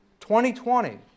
2020